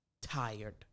tired